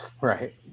Right